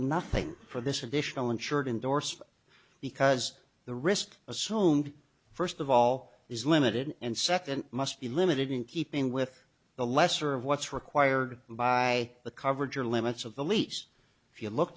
nothing for this additional insured indorsed because the risk assumed first of all is limited and second must be limited in keeping with the lesser of what's required by the coverage or limits of the lease if you look